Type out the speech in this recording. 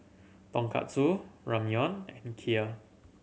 Tonkatsu Ramyeon and Kheer